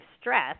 stress